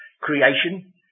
creation